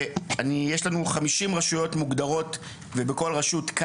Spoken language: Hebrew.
יש לנו 50 רשויות מוגדרות ואנחנו יודעים כמה בדיוק יש בכל רשות.